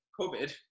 covid